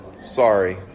Sorry